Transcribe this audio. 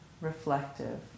reflective